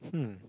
hmm